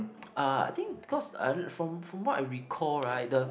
uh I think cause I from from what I recall right the